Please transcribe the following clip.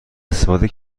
استفاده